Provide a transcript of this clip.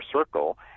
circle